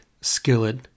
Skillet